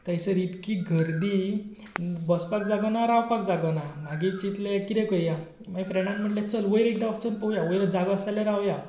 थंयसर इतकी गर्दी बसपाक जागो ना रावपाक जागो ना मागीर चिंतलें कितें करया मागीर फ्रेंडान म्हणलें चल वयर एकदां वचून पळोवया वयर जागो आसा जाल्यार रावया